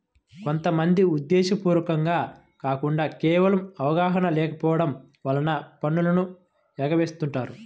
కొంత మంది ఉద్దేశ్యపూర్వకంగా కాకుండా కేవలం అవగాహన లేకపోవడం వలన పన్నులను ఎగవేస్తుంటారు